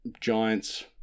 Giants